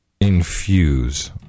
Infuse